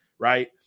Right